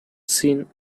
seen